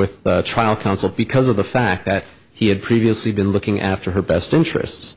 with trial counsel because of the fact that he had previously been looking after her best interests